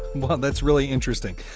well, that's really interesting.